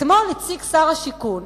אתמול הציג שר השיכון